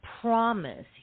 promise